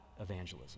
evangelism